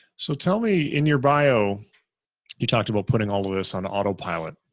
so tell me in your bio you talked about putting all of this on autopilot.